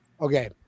Okay